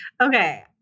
Okay